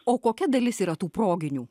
o kokia dalis yra tų proginių